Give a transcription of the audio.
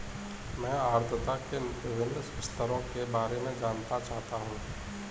मैं आर्द्रता के विभिन्न स्तरों के बारे में जानना चाहता हूं